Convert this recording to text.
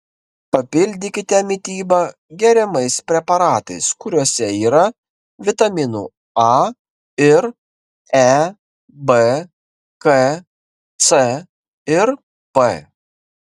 papildykite mitybą geriamais preparatais kuriuose yra vitaminų a ir e b k c ir p